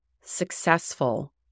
successful